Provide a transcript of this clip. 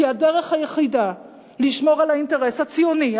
כי הדרך היחידה לשמור על האינטרס הציוני,